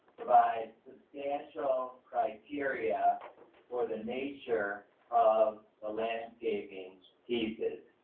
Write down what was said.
provide substantial criteria for the nature of the landscaping, teases.